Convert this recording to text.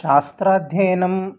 शास्त्राध्ययनं